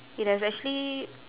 it has actually